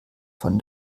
von